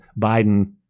Biden